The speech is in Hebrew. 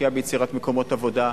משקיעה ביצירת מקומות עבודה,